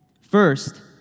First